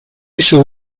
issue